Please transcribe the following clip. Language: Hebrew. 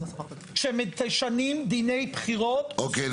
כשמשנים דיני בחירות --- אוקיי,